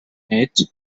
mate